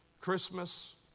Christmas